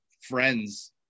friends